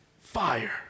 fire